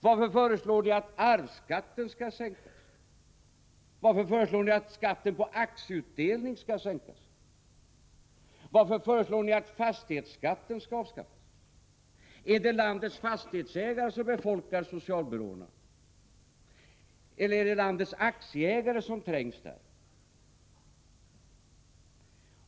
Varför föreslår ni att arvsskatten skall sänkas, att skatten på aktieutdelning skall sänkas? Varför föreslår ni att fastighetsskatten skall avskaffas? Är det landets fastighetsägare som befolkar socialbyråerna eller är det landets aktieägare som trängs där?